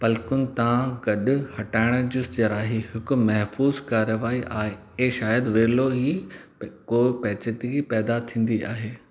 पलकुनि तां गंढु हटाइणु जी जराही हिकु महफ़ूज़ु कारवाई आहे ऐं शायदि विरलो ई को पैचीदगी पैदा थींदी आहे